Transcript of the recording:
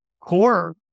core